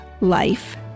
life